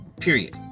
period